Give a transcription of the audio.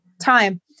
time